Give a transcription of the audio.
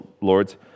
Lord's